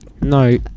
No